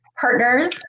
partners